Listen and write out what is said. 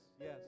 yes